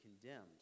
condemned